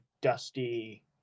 dusty